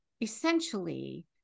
essentially